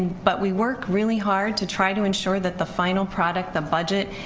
but we work really hard to try to ensure that the final product, the budget,